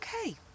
okay